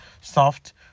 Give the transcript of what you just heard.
soft